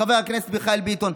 חבר הכנסת מיכאל ביטון.